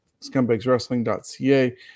scumbagswrestling.ca